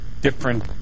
different